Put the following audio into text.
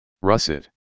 russet